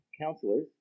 counselors